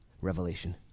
Revelation